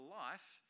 life